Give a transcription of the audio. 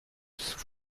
sous